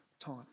time